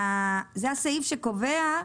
הוא הסעיף שקובע: